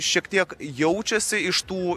šiek tiek jaučiasi iš tų